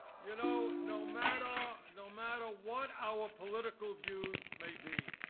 you know, no matter no matter what our political views may be,